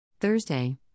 Thursday